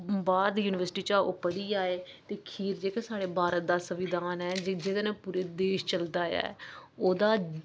बाह्र दी यूनिवर्टी चा ओह् पढ़ी आए जेह्का साढ़े भारत दा संविधान ऐ जेह्दे कन्नै पूरा देश चलदा ऐ ओह्दा